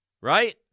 right